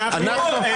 לא עניין של צעקות.